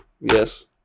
yes